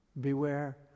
Beware